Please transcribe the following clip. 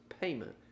payment